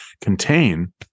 contain